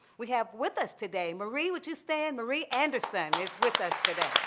we have with us today marie, would you stand? marie anderson is with us today.